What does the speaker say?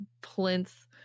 plinth